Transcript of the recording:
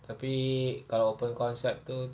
tapi kalau open concept itu